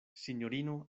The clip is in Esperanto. sinjorino